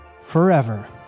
forever